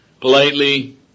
politely